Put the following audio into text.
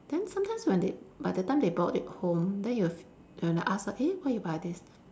then sometimes when they by the time they bought it home then you f~ when you ask her eh why you buy this